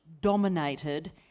dominated